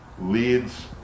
leads